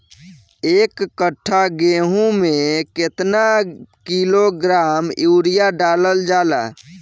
एक कट्टा गोहूँ में केतना किलोग्राम यूरिया डालल जाला?